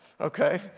okay